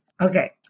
Okay